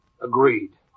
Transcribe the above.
Agreed